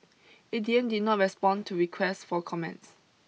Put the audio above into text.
A D M did not respond to requests for comments